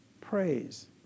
praise